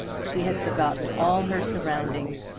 she had forgotten all her surroundings,